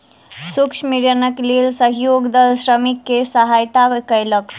सूक्ष्म ऋणक लेल सहयोग दल श्रमिक के सहयता कयलक